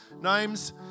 names